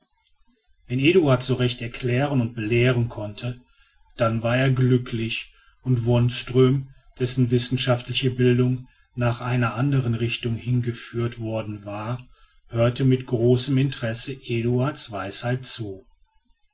wenn eduard so recht erklären und belehren konnte dann war er glücklich und wonström dessen wissenschaftliche bildung nach einer anderen richtung hin geführt worden war hörte mit großem interesse eduard's weisheit zu